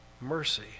mercy